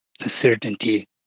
certainty